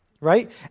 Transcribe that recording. right